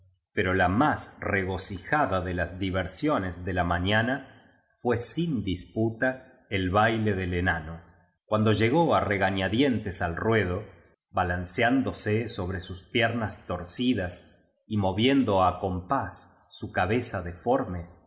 pero la más regocijada de las diversiones de la mañana fue sin disputa el baile del enano cuando llegó regañadientes al ruedo balanceándose sobre sus piernas torcidas y movien do á compás su cabeza deforme